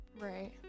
Right